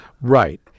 Right